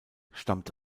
stammt